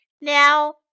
Now